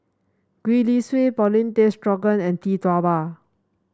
Gwee Li Sui Paulin Tay Straughan and Tee Tua Ba